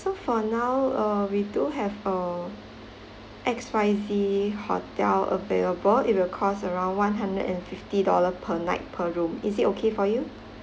so for now uh we do have a X_Y_Z hotel available it will cost around one hundred and fifty dollar per night per room is it okay for you